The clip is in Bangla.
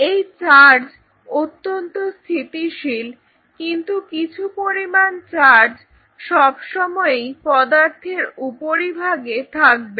এই চার্জ অত্যন্ত স্থিতিশীল কিন্তু কিছু পরিমাণ চার্জ সবসময়ই পদার্থের উপরিভাগে থাকবে